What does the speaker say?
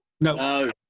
No